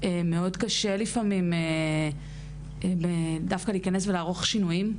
מאוד קשה לפעמים דווקא להיכנס ולערוך שינויים,